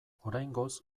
oraingoz